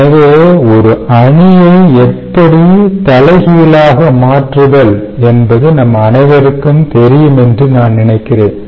எனவே ஒரு அணியை எப்படி தலைகீழாக மாற்றுதல் என்பது நம் அனைவருக்கும் தெரியும் என்று நான் நினைக்கிறேன்